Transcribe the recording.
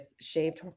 shaved